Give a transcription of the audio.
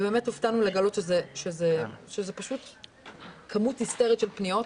והופתענו לגלות כמות היסטרית של פניות.